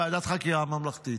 ועדת חקירה ממלכתית,